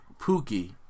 Pookie